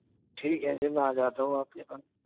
ٹھیک ہے جی میں آ جاتا ہوں آپ کے پاس